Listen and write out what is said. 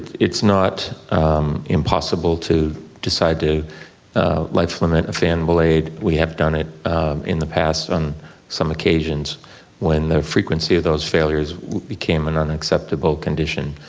it's not impossible to decide to life limit a fan blade, we have done it in the past on some occasions when the frequency of those failures became an unacceptable condition.